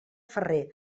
ferrer